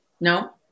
No